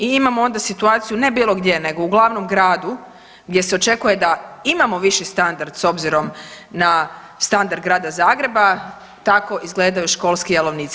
I imamo onda situaciju ne bilo gdje, nego u glavnom gradu gdje se očekuje da imamo viši standard s obzirom na standard grada Zagreba, tako izgledaju školski jelovnici.